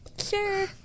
sure